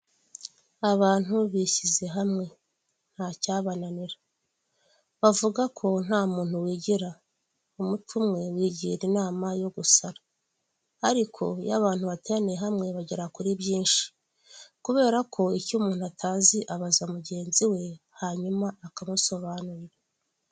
Umukobwa usa neza uhagaze wambaye ikote n'ishati y'umweru mu maso n'inzobe afite imisatsi mu ntoki afitemo akantu kameze nk'impano bamuhaye, mbere ye hariho amagambo yanditse m'ururimi rw'igifaransa.